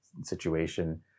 situation